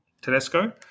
Tedesco